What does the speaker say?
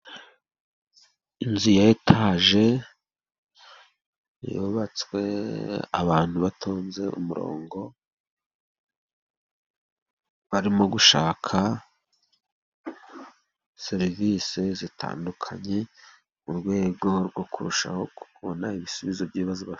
Inzu ya etage yubatswe, abantu batonze umurongo, barimo gushaka serivisi zitandukanye, mu rwego rwo kurushaho kubona ibisubizo by'ibibazo.